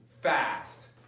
fast